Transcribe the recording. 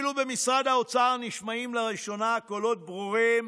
אפילו במשרד האוצר נשמעים לראשונה קולות ברורים